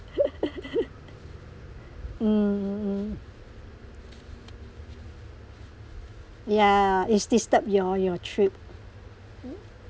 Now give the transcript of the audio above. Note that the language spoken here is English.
mm mm mm ya is disturb your your trip